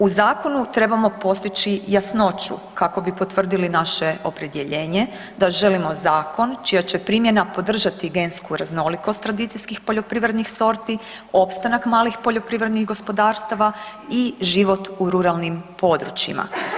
U zakonu trebamo postići jasnoću kako bi potvrdili naše opredjeljenje da želimo zakon čija će primjena podržati gensku raznolikosti tradicijskih poljoprivrednih sorti, opstanak malih poljoprivrednih gospodarstava i život u ruralnim područjima.